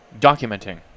documenting